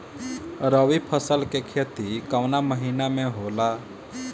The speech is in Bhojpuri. रवि फसल के खेती कवना महीना में होला?